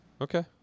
Okay